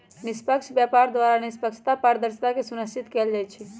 निष्पक्ष व्यापार द्वारा निष्पक्षता, पारदर्शिता सुनिश्चित कएल जाइ छइ